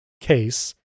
case